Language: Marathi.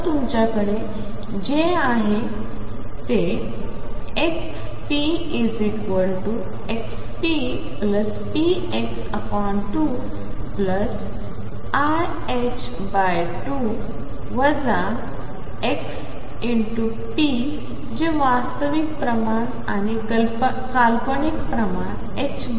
तर तुमच्याकडे जे आहे ते आहे xp⟩⟨xppx⟩2iℏ2 ⟨x⟩⟨p⟩ जे वास्तविक प्रमाण आणि एक काल्पनिक प्रमाण 2